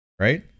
Right